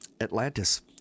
Atlantis